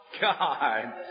God